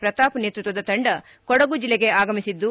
ಪ್ರತಾಪ್ ನೇತೃತ್ವದ ತಂಡ ಕೊಡಗು ಜಿಲ್ಲೆಗೆ ಆಗಮಿಸಿದ್ದು